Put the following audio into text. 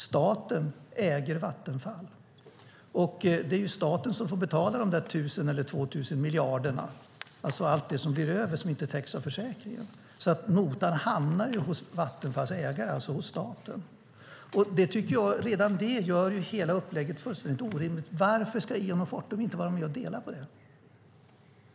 Staten äger Vattenfall, och det är staten som får betala de där 1 000 eller 2 000 miljarderna, alltså allt det där som inte täcks av försäkringen. Notan hamnar hos Vattenfalls ägare, alltså staten. Redan det tycker jag gör hela upplägget fullständigt orimligt. Varför ska Eon och Fortum inte vara med och dela på det?